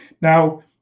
Now